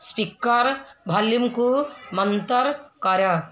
speaker ଭଲ୍ୟୁମ୍କୁ ମନ୍ଥର କର